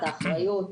את האחריות.